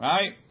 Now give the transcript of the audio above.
Right